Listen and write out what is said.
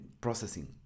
processing